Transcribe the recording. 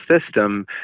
system